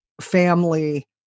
family